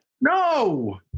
No